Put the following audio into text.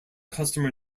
customer